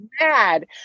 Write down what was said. mad